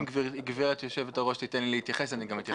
אם גברתי יושבת הראש תיתן לי להתייחס אני גם אתייחס לדברים.